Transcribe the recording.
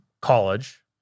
college